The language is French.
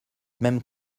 même